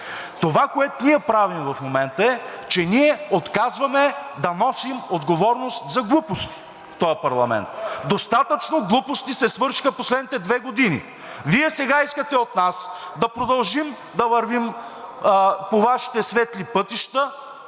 Това, което ние правим в момента, е, че отказваме да носим отговорност за глупости в този парламент. Достатъчно глупости се свършиха в последните две години. Вие сега искате от нас да продължим да вървим по Вашите светли пътища